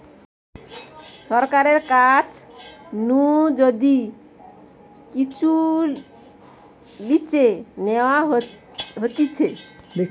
সরকারের কাছ নু যদি কিচু লিজে নেওয়া হতিছে